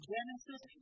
Genesis